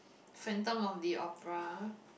Phantom of the Opera